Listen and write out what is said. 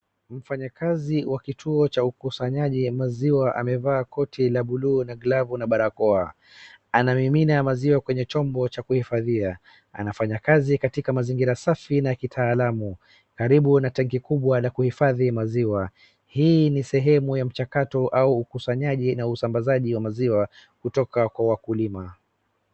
Mfanyakazi wa kituo cha ukusanyaji wa maziwa amevaa koti laabluu na glavu na barakoa. Anamiminna maziwa kwenye chombo cha kuhiifaadhia. Anafanya kazi katika mazingira safi na kitaalamu karibu na tanki kubwa ala kuhifadhi maziwa. Hii ni sehemu ya mchakato au ukusanyi na usambazi wa maziwa kutoka kwa wakulima.